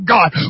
God